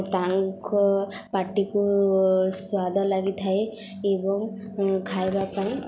ତାଙ୍କ ପାଟିକୁ ସ୍ୱାଦ ଲାଗିଥାଏ ଏବଂ ଖାଇବା ପାଇଁ